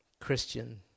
Christian